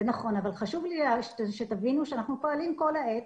חשוב לי שתבינו שאנחנו פועלים כל העת.